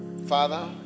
Father